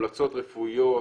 המלצות רפואיות,